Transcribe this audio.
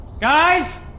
Guys